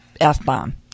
F-bomb